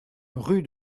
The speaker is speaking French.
rue